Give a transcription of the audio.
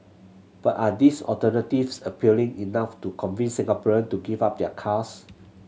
but are these alternatives appealing enough to convince Singaporean to give up their cars